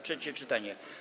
Trzecie czytanie.